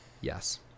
Yes